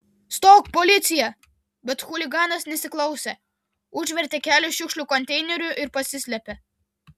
stok policija bet chuliganas nesiklausė užvertė kelią šiukšlių konteineriu ir pasislėpė